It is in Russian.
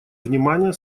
внимания